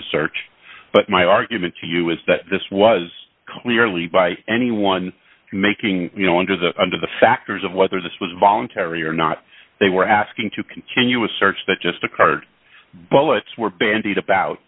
to search but my argument to you is that this was clearly by anyone making under the under the factors of whether this was voluntary or not they were asking to continue a search that just occurred bullets were bandied about